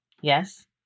Yes